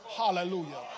Hallelujah